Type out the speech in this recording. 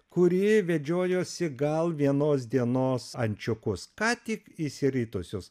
kuri vedžiojosi gal vienos dienos ančiukus ką tik išsiritusius